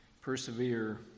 persevere